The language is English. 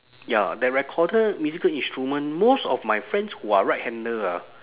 ya that recorder musical instrument most of my friends who are right hander ah